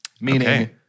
Meaning